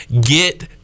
get